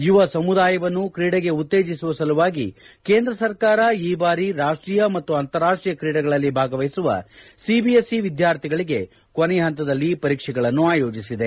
ಯುವ ಸಮುದಾಯವನ್ನು ಕ್ರೀಡೆಗೆ ಉತ್ತೇಜಿಸುವ ಸಲುವಾಗಿ ಕೇಂದ್ರ ಸರ್ಕಾರ ಈ ಬಾರಿ ರಾಷ್ಷೀಯ ಮತ್ತು ಅಂತಾರಾಷ್ಷೀಯ ಕ್ರೀಡೆಗಳಲ್ಲಿ ಭಾಗವಹಿಸುವ ಸಿಬಿಎಸ್ಇ ವಿದ್ಯಾರ್ಥಿಗಳಿಗೆ ಕೊನೆಯ ಹಂತದಲ್ಲಿ ಪರೀಕ್ಸೆಗಳನ್ನು ಆಯೋಜಿಸಿದೆ